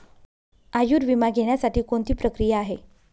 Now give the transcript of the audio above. आयुर्विमा घेण्यासाठी कोणती प्रक्रिया आहे?